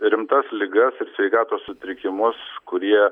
rimtas ligas ir sveikatos sutrikimus kurie